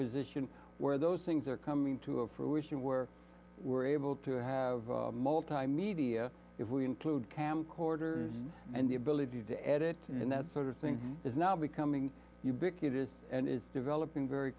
position where those things are coming to a fruition we're we're able to have multimedia if we include camcorders and the ability to edit and that sort of thing is now becoming ubiquitous and is developing very